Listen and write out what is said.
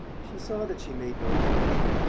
she saw that she made no impression.